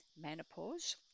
menopause